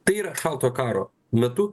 tai yra šaltojo karo metu